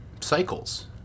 Cycles